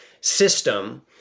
system